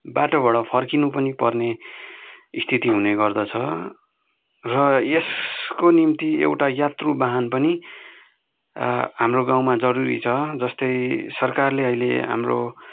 बाटोबाट फर्किनु पनि पर्ने स्थिति हुने गर्दछ र यसको निम्ति एउटा यात्रु वाहन पनि हाम्रो गाउँमा जरूरी छ जस्तै सरकारले अहिले हाम्रो